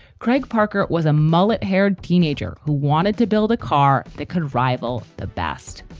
craig parker was a mullet haired teenager who wanted to build a car that could rival the best